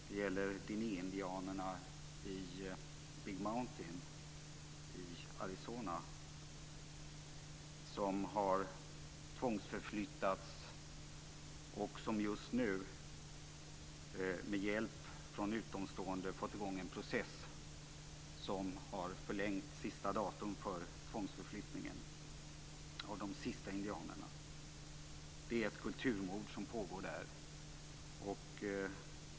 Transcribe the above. Det gäller dinehindianerna i Big Mountain i Arizona som har tvångsförflyttats. De har just nu med hjälp från utomstående fått i gång en process som har skjutit fram sista datum för tvångsförflyttningen av de sista indianerna. Det är ett kulturmord som pågår där.